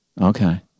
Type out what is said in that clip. Okay